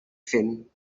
fent